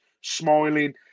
smiling